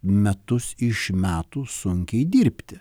metus iš metų sunkiai dirbti